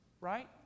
Right